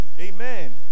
Amen